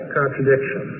contradiction